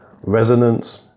Resonance